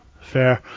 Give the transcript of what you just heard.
Fair